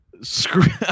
screw